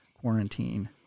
quarantine